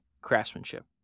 craftsmanship